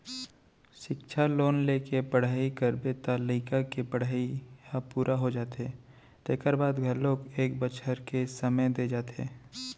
सिक्छा लोन लेके पढ़ई करबे त लइका के पड़हई ह पूरा हो जाथे तेखर बाद घलोक एक बछर के समे दे जाथे